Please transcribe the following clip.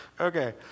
Okay